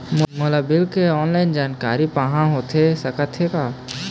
मोला बिल के जानकारी ऑनलाइन पाहां होथे सकत हे का?